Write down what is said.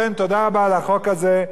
לכן, תודה רבה על החוק הזה.